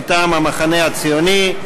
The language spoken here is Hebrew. מטעם המחנה הציוני,